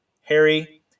Harry